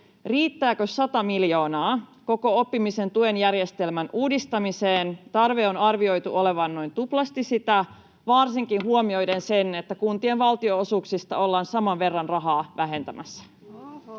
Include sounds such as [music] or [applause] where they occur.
riittääkö sata miljoonaa koko oppimisen tuen järjestelmän uudistamiseen. Tarpeen on arvioitu olevan noin tuplasti sen verran, varsinkin huomioiden sen, [noise] että kuntien valtionosuuksista ollaan saman verran rahaa vähentämässä.